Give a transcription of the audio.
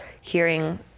hearing